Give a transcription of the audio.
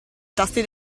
tasti